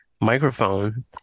microphone